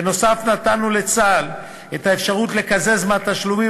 נוסף על כך נתנו לצה"ל את האפשרות לקזז מהתשלומים